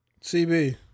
CB